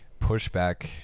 pushback